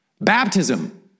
Baptism